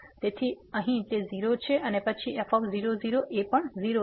તેથી અહીં તે 0 છે અને પછી f 00 આ પણ 0 છે